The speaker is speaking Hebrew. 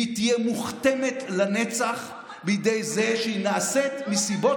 והיא תהיה מוכתמת לנצח בידי זה שהיא נעשית מסיבות